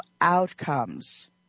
outcomes